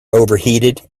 overheated